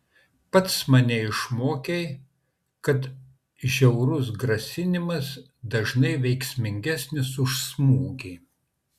pats mane išmokei kad žiaurus grasinimas dažnai veiksmingesnis už smūgį